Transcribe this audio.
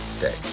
day